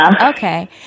Okay